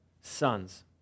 sons